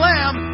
Lamb